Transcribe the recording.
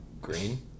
Green